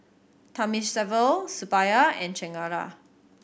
Thamizhavel Suppiah and Chengara